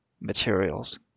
materials